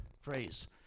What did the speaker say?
phrase